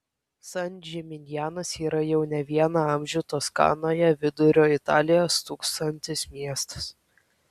san džiminjanas yra jau ne vieną amžių toskanoje vidurio italijoje stūksantis miestas